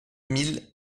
mille